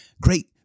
great